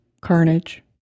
carnage